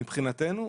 מבחינתנו,